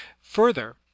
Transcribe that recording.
Further